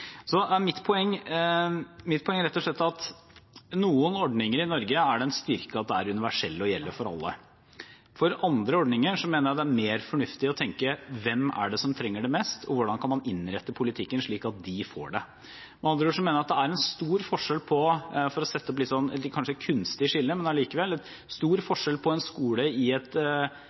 Mitt poeng er rett og slett at noen ordninger i Norge er det en styrke at er universelle og gjelder for alle. Når det gjelder andre ordninger, mener jeg det er mer fornuftig å tenke: Hvem er det som trenger det mest, og hvordan kan man innrette politikken slik at de får det? Med andre ord mener jeg det er en stor forskjell på – det er kanskje et litt kunstig skille, men allikevel – en skole i et